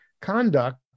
conduct